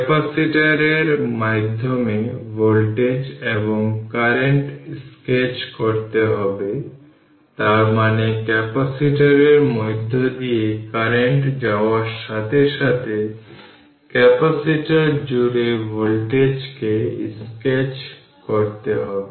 ক্যাপাসিটরের মাধ্যমে ভোল্টেজ এবং কারেন্ট স্কেচ করতে হবে তার মানে ক্যাপাসিটরের মধ্য দিয়ে কারেন্ট যাওয়ার সাথে সাথে ক্যাপাসিটর জুড়ে ভোল্টেজকে স্কেচ করতে হবে